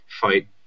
fight